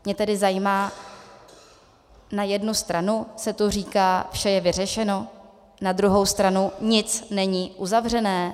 Mě tedy zajímá na jednu stranu se tu říká, vše je vyřešeno, na druhou stranu, nic není uzavřené.